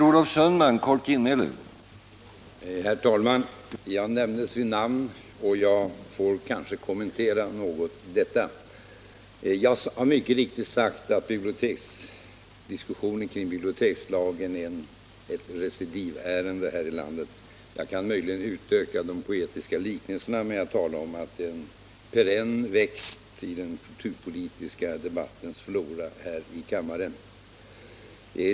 Herr talman! Mitt namn nämndes här, och jag vill därför göra en kommentar. Jag har mycket riktigt sagt att diskussionen kring bibliotekslagstiftningen är ett recidivärende här i landet. Jag kan möjligen utöka det med en mera poetisk liknelserna genom att säga att denna diskussion här i kammaren är en perenn växt i den kulturpolitiska debattens flora.